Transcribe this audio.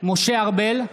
משה ארבל,